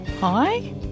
Hi